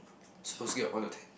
so scale of one to ten